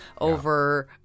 over